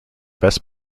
best